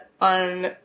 on